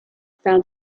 found